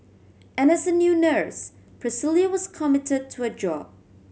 as a new nurse Priscilla was committed to her job